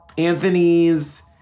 Anthony's